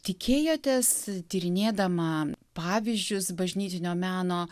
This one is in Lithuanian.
tikėjotės tyrinėdama pavyzdžius bažnytinio meno